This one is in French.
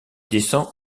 descend